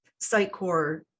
Sitecore